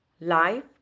life